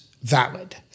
valid